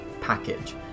package